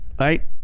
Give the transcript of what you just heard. right